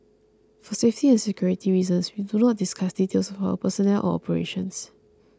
for safety and security reasons we do not discuss details of our personnel or operations